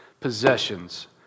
possessions